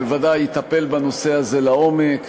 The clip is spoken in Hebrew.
והוא בוודאי יטפל בנושא הזה לעומק,